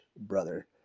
brother